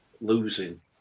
losing